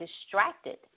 distracted